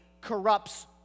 corrupts